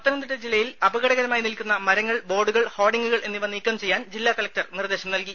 പത്തനംതിട്ട ജില്ലയിൽ അപകടകരമായി നിൽക്കുന്ന മരങ്ങൾ ബോർഡുകൾ ഹോർഡിംഗുകൾ എന്നിവ നീക്കം ചെയ്യാൻ ജില്ലാ കളക്ടർ നിർദ്ദേശം നൽകി